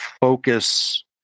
focus